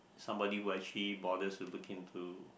somebody who actually bothers to look into